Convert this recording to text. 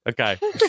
Okay